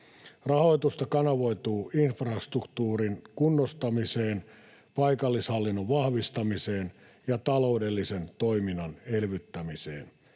Rahoitusta kanavoituu infrastruktuurin kunnostamiseen, paikallishallinnon vahvistamiseen ja taloudellisen toiminnan elvyttämiseen.